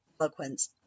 eloquence